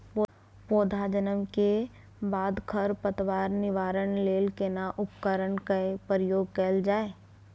पौधा जन्म के बाद खर पतवार निवारण लेल केना उपकरण कय प्रयोग कैल जाय?